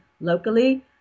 locally